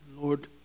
Lord